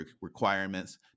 requirements